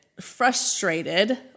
frustrated